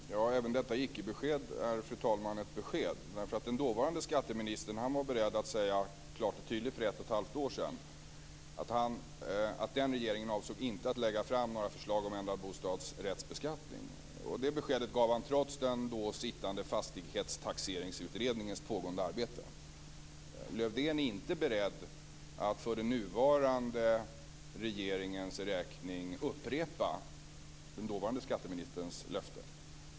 Fru talman! Även detta icke-besked är, fru talman, ett besked. Den dåvarande skatteministern var för ett och ett halv år sedan beredd att klart och tydligt säga att den regeringen inte avsåg att lägga fram några förslag om ändrad bostadsrättsbeskattning. Det beskedet gav han trots den då sittande fastighetstaxeringsutredningens pågående arbete. Lars-Erik Lövdén är inte beredd att för den nuvarande regeringens räkning upprepa den dåvarande skatteministerns löfte.